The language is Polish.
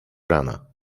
rana